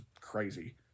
crazy